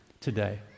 today